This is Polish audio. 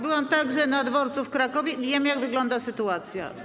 Byłam także na dworcu w Krakowie i wiem, jak wygląda sytuacja.